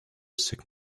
signal